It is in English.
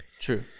True